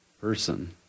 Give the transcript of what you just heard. person